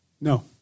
No